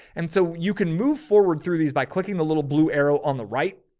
and so you can move forward through these by clicking the little blue arrow on the right.